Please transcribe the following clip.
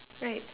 right